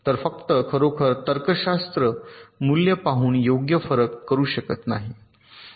तर फक्त खरोखर तर्कशास्त्र मूल्य पाहून योग्य फरक करू शकत नाही